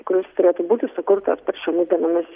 kuris turėtų būti sukurtas šiomis dienomis